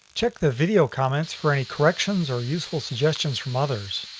check the video comments for any corrections or useful suggestions from others.